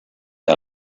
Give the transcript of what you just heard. out